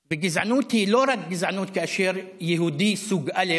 וגזענות היא לא גזענות רק כאשר יהודי סוג א'